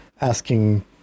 Asking